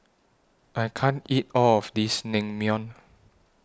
I can't eat All of This Naengmyeon